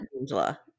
Angela